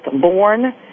born